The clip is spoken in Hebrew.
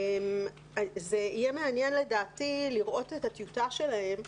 אז יהיה מעניין, לדעתי, לראות את הטיוטה שלהם,